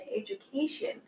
education